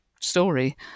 story